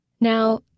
Now